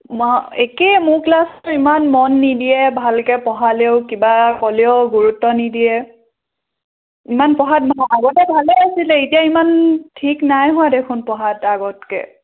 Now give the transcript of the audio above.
একে মোৰ ক্লাছটো ইমান মন নিদিয়ে ভালকৈ পঢ়ালেও কিবা ক'লেও গুৰুত্ব নিদিয়ে ইমান পঢ়াত আগতে ভালেই আছিলে এতিয়া ইমান ঠিক নাই হোৱা দেখোন পঢ়াত আগতকৈ